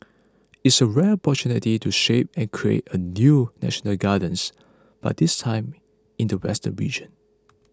it's a rare opportunity to shape and create a new national gardens but this time in the western region